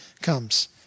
comes